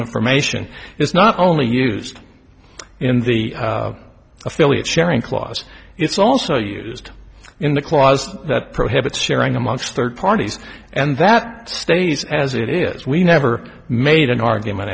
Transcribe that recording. information is not only used in the affiliate sharing clause it's also used in the clause that prohibits sharing amongst third parties and that stays as it is we never made an argument